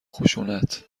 خشونت